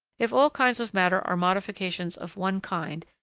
if all kinds of matter are modifications of one kind,